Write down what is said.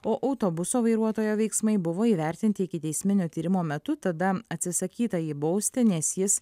o autobuso vairuotojo veiksmai buvo įvertinti ikiteisminio tyrimo metu tada atsisakyta jį bausti nes jis